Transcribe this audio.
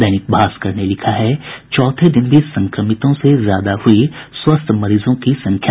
दैनिक भास्कर ने लिखा है चौथे दिन भी संक्रमितों से ज्यादा हुई स्वस्थ मरीजों की संख्या